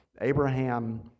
Abraham